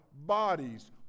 bodies